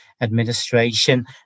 administration